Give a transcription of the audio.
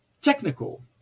technical